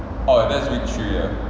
oh that's week three ah